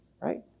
right